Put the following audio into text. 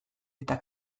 eta